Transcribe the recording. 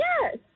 Yes